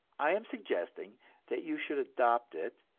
i am suggesting that you should adopt it,